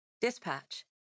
Dispatch